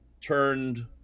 turned